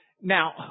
Now